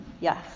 yes